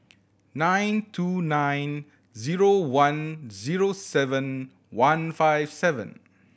nine two nine zero one zero seven one five seven